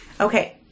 Okay